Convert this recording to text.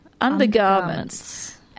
undergarments